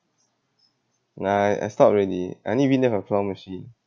nah I I stop already I only been there for claw machine